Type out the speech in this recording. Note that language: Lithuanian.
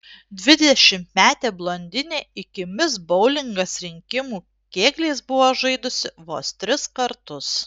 dvidešimtmetė blondinė iki mis boulingas rinkimų kėgliais buvo žaidusi vos tris kartus